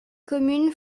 communes